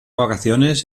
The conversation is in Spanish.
vacaciones